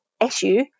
issue